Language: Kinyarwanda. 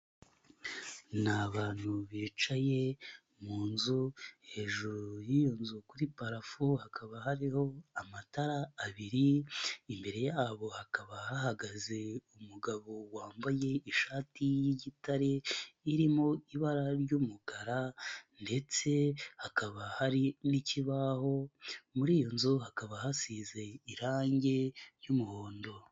Ni abantu bicaye mu nzu hejuru y'iyo nzu kuri parafu hakaba hariho amatara abiri, imbere yabo hakaba hahagaze umugabo wambaye ishati y'igitare irimo ibara ry'umukara ndetse hakaba hari n'ikibaho muri iyo nzu hakaba hasize irange ry'umuhondo.